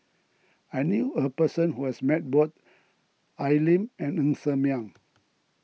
I knew a person who has met both Al Lim and Ng Ser Miang